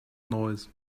noise